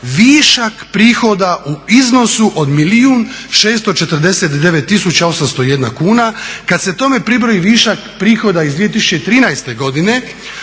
višak prihoda u iznosu od milijun 649 tisuća 801 kuna. Kada se tome pribroji višak prihoda iz 2013. godine